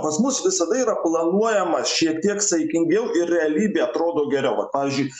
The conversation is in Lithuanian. pas mus visada yra planuojama šiek tiek saikingiau ir realybėj atrodo geriau vat pavyzdžiui